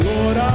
Lord